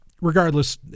regardless